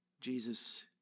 Jesus